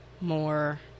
more